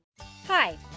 Hi